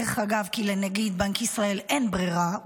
דרך אגב, כי לנגיד בנק ישראל אין ברירה.